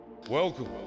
Welcome